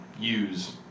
use